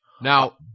Now